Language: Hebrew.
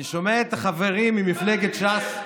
אני שומע את החברים ממפלגת ש"ס,